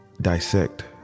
dissect